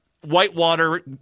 Whitewater